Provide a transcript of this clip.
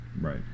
Right